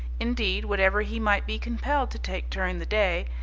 indeed, whatever he might be compelled to take during the day,